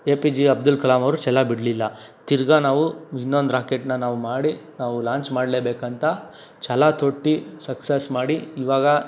A P J Abdul Kalam ಅವರು ಛಲ ಬಿಡಲಿಲ್ಲ ತಿರ್ಗಿ ನಾವು ಇನ್ನೊಂದು ರಾಕೆಟ್ಟನ್ನ ನಾವು ಮಾಡಿ ನಾವು ಲಾಂಚ್ ಮಾಡಲೇಬೇಕಂತ ಛಲತೊಟ್ಟು ಸಕ್ಸಸ್ ಮಾಡಿ ಇವಾಗ